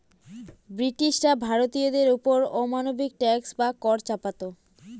ব্রিটিশরা ভারতীয়দের ওপর অমানবিক ট্যাক্স বা কর চাপাতো